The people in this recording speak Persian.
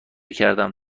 کردیم